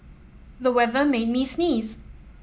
the weather made me sneeze